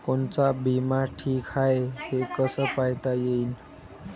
कोनचा बिमा ठीक हाय, हे कस पायता येईन?